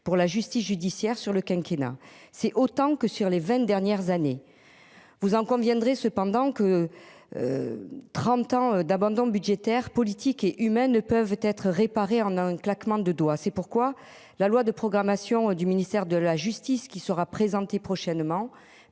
pour la justice judiciaire sur le quinquennat, c'est autant que sur les 20 dernières années. Vous en conviendrez cependant que. 30 ans d'abandon budgétaire politique et humaines ne peuvent être réparés en un claquement de doigts. C'est pourquoi la loi de programmation du ministère de la justice qui sera présenté prochainement